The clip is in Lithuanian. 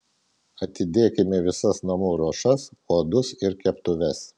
atidėkime visas namų ruošas puodus ir keptuves